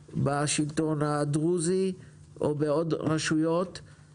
בשלטון המקומי הדרוזי וברשויות אחרות לא מקבלים קולות קוראים.